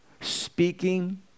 Speaking